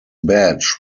badge